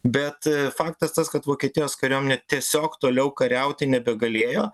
bet faktas tas kad vokietijos kariuomenė tiesiog toliau kariauti nebegalėjo